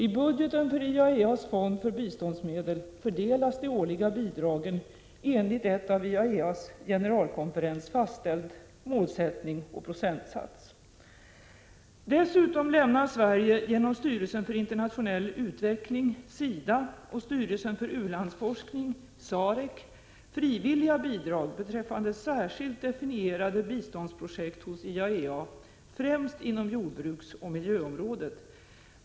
I budgeten för IAEA:s fond för biståndsmedel fördelas de årliga bidragen enligt en av IAEA:s generalkonferens fastställd målsättning och procentsats. Dessutom lämnar Sverige genom styrelsen för internationell utveckling, SIDA, och styrelsen för u-landsforskning, SAREC, frivilliga bidrag beträffande särskilt definierade biståndsprojekt hos IAEA, främst inom jordbruksoch miljöområdet.